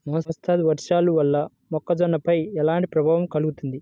మోస్తరు వర్షాలు వల్ల మొక్కజొన్నపై ఎలాంటి ప్రభావం కలుగుతుంది?